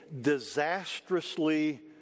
disastrously